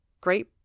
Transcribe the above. Great